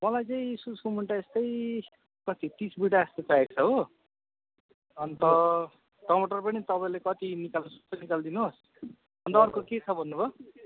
मलाई चाहिँ इस्कुसको मुन्टा यस्तै कति तिस बिटा जस्तो चाहिएको छ हो अन्त टमाटर पनि तपाईँले कति निकाल्न सक्नुहुन्छ निकालिदिनुहोस् अन्त अर्को के छ भन्नु भयो